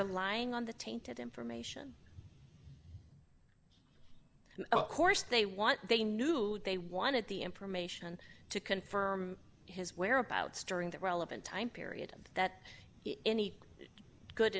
relying on the tainted information of course they want they knew they wanted the information to confirm his whereabouts during that relevant time period that any good